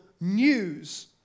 news